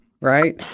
right